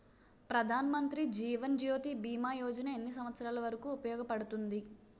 ప్రధాన్ మంత్రి జీవన్ జ్యోతి భీమా యోజన ఎన్ని సంవత్సారాలు వరకు ఉపయోగపడుతుంది?